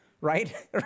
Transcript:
right